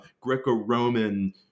Greco-Roman